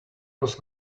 was